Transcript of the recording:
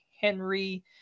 Henry